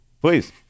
please